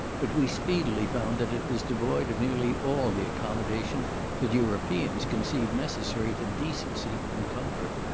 but we speedily found that it was devoid of nearly all the accommodation that europeans conceive necessary to decency and comfort.